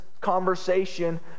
conversation